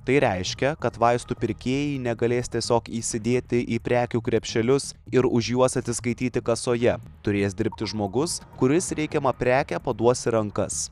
tai reiškia kad vaistų pirkėjai negalės tiesiog įsidėti į prekių krepšelius ir už juos atsiskaityti kasoje turės dirbti žmogus kuris reikiamą prekę paduos į rankas